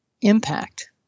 impact